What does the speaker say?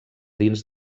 dins